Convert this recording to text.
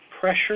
pressure